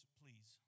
please